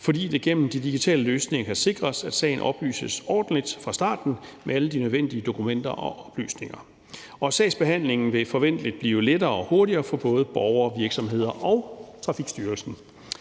fordi det gennem de digitale løsninger kan sikres, at sagen oplyses ordentligt fra starten med alle de nødvendige dokumenter og oplysninger. Sagsbehandlingen vil forventelig blive lettere og hurtigere for både borgere, virksomheder og Trafikstyrelsen.